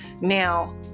now